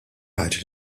ħaġa